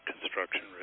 construction